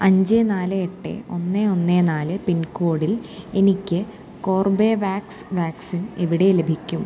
അഞ്ച് നാല് എട്ട് ഒന്ന് ഒന്ന് നാല് പിൻകോഡിൽ എനിക്ക് കോർബെവാക്സ് വാക്സിൻ എവിടെ ലഭിക്കും